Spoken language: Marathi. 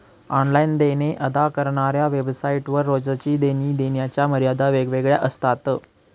ऑनलाइन देणे अदा करणाऱ्या वेबसाइट वर रोजची देणी देण्याच्या मर्यादा वेगवेगळ्या असतात